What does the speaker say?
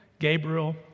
Gabriel